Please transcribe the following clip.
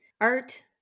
Art